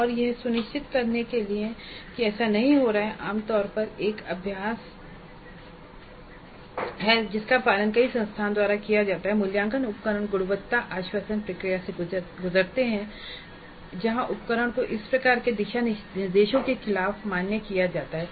और यह सुनिश्चित करने के लिए कि ऐसा नहीं हो रहा है आमतौर पर एक अभ्यास है जिसका पालन कई संस्थानों द्वारा किया जाता है कि मूल्यांकन उपकरण गुणवत्ता आश्वासन प्रक्रिया से गुजरते हैं जहां उपकरण को इस प्रकार के दिशानिर्देशों के खिलाफ मान्य किया जाता है